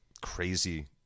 crazy